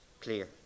clear